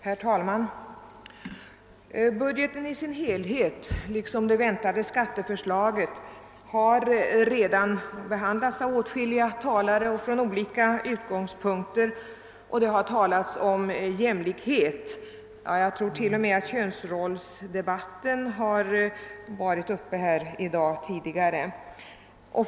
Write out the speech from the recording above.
Herr talman! Budgeten i sin helhet liksom det väntade skatteförslaget har redan behandlats från olika utgångspunkter av åtskilliga talare. Det har också talas om jämlikhet, och jag tror att t.o.m. könsrollsdebatten har tagits upp tidigare i dag.